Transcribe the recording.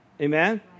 Amen